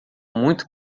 muito